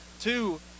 Two